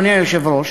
אדוני היושב-ראש: